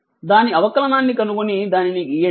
దాని అవకాలనాన్ని కనుగొని దానిని గీయండి